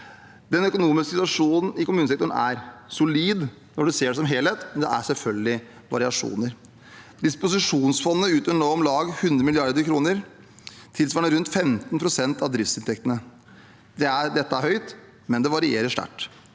Den økonomiske situasjonen i kommunesektoren er solid når man ser den som helhet, men det er selvfølgelig variasjoner. Disposisjonsfondene utgjør nå om lag 100 mrd. kr, tilsvarende rundt 15 pst. av driftsinntektene. Dette er høyt, men det varierer sterkt.